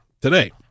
today